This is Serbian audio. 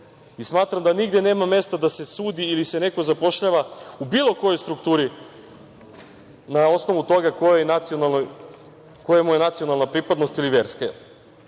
Smatram da nigde nema mesta da se sudi ili se neko zapošljava u bilo kojoj strukturi na osnovu toga koja mu je nacionalna pripadnost ili verska.